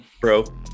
bro